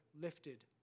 lifted